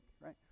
right